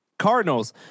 Cardinals